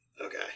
Okay